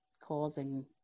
causing